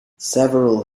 several